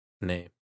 name